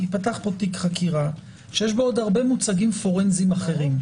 ייפתח פה תיק חקירה שיש בו עוד הרבה ממצאים פורנזיים אחרים.